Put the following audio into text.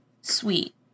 sweet